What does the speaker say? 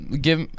give